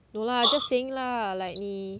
no lah just saying lah like 你